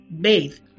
bathe